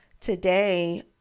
today